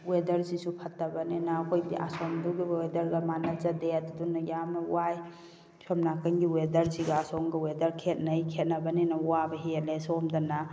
ꯋꯦꯗꯔꯁꯤꯁꯨ ꯐꯠꯇꯕꯅꯤꯅ ꯑꯩꯈꯣꯏꯗꯤ ꯑꯁꯣꯝꯗꯨꯒꯤ ꯋꯦꯗꯔꯒ ꯃꯥꯟꯅꯖꯗꯦ ꯑꯗꯨꯗꯨꯅ ꯌꯥꯝꯅ ꯋꯥꯏ ꯁꯣꯝ ꯅꯥꯀꯟꯒꯤ ꯋꯦꯗꯔꯁꯤꯒ ꯑꯁꯣꯝꯒ ꯋꯦꯗꯔ ꯈꯦꯠꯅꯩ ꯈꯦꯠꯅꯕꯅꯤꯅ ꯋꯥꯕ ꯍꯦꯜꯂꯦ ꯁꯣꯝꯗꯅ